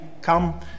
come